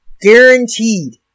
Guaranteed